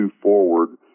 forward